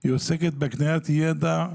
היא עוסקת בהקניית ידע,